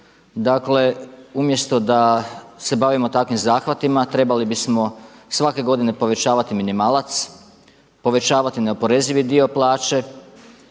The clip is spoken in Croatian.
Dakle umjesto da se bavimo takvim zahvatima trebali bismo svake godine povećavati minimalac, povećavati neoporezivi dio plaće